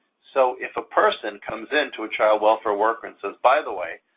so if a person comes into a child welfare worker and says, by the way,